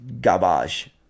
garbage